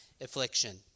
affliction